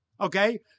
Okay